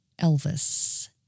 Elvis